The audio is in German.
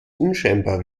unscheinbar